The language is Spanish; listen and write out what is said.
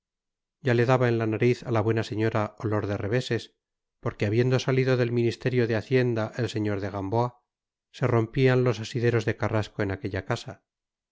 ya le daba en la nariz a la buena señora olor de reveses porque habiendo salido del ministerio de hacienda el señor de gamboa se rompían los asideros de carrasco en aquella casa